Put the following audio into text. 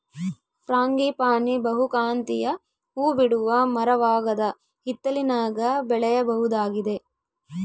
frangipani ಬಹುಕಾಂತೀಯ ಹೂಬಿಡುವ ಮರವಾಗದ ಹಿತ್ತಲಿನಾಗ ಬೆಳೆಯಬಹುದಾಗಿದೆ